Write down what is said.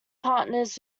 partners